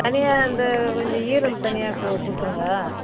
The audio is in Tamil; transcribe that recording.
தனியாக அந்த கொஞ்சம் ஈரல் தனியாக் கொடுத்துருங்க